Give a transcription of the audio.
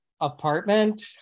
apartment